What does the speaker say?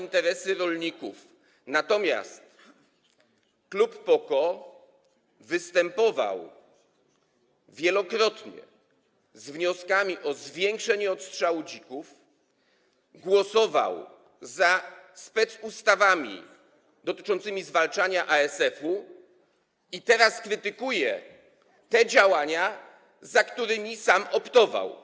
Natomiast klub PO - KO występował wielokrotnie z wnioskami o zwiększenie odstrzału dzików, głosował za specustawami dotyczącymi zwalczania ASF-u, a teraz krytykuje te działania, za którymi sam optował.